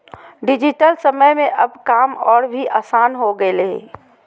digital समय में अब काम और भी आसान हो गेलय हें